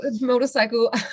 motorcycle